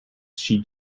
she